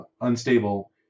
unstable